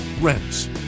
rents